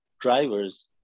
drivers